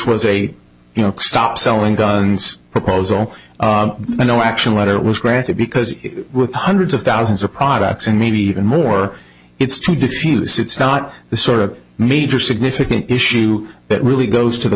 was a you know stop selling guns proposal and no action letter was granted because with hundreds of thousands of products and maybe even more it's too diffuse it's not the sort of major significant issue that really goes to the